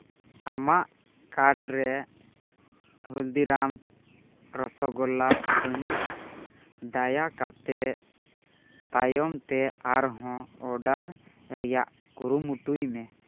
ᱟᱢᱟᱜ ᱠᱟᱨᱰ ᱨᱮ ᱦᱚᱞᱫᱤ ᱨᱟᱢ ᱨᱚᱥᱚ ᱜᱳᱞᱞᱟ ᱵᱟᱹᱱᱩᱜᱼᱟ ᱫᱟᱭᱟ ᱠᱟᱛᱮ ᱛᱟᱭᱚᱢ ᱛᱮ ᱟᱨᱦᱚᱸ ᱚᱰᱟᱨ ᱨᱮᱭᱟᱜ ᱠᱩᱨᱩᱢᱩᱴᱩᱭ ᱢᱮ